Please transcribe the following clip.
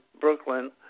Brooklyn